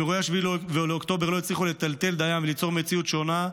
אם אירועי 7 באוקטובר לא הצליחו לטלטל דיים וליצור מציאות שונה,